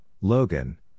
Logan